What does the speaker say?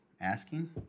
asking